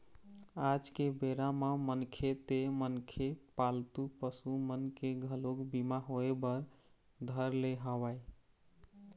आज के बेरा म मनखे ते मनखे पालतू पसु मन के घलोक बीमा होय बर धर ले हवय